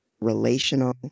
relational